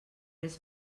res